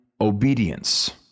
obedience